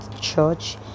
church